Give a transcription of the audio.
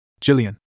Jillian